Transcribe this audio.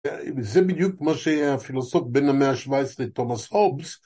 זה בדיוק מה שהפילוסוף בן המאה ה-17 תומאס הובס.